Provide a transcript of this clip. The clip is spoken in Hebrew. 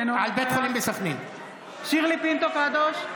אינו נוכח שירלי פינטו קדוש,